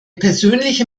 persönliche